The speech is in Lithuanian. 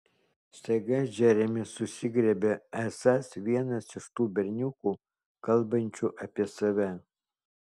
staiga džeremis susigriebia esąs vienas iš tų berniukų kalbančių apie save